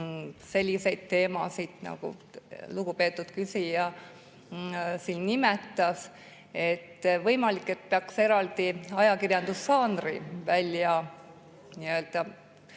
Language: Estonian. selliseid teemasid, nagu lugupeetud küsija siin nimetas. Võimalik, et peaks eraldi ajakirjandusžanri välja kuulutama